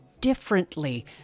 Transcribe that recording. differently